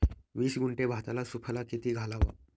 वीस गुंठे भाताला सुफला किती घालावा?